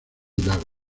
lagos